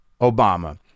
Obama